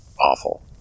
awful